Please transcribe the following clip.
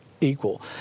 equal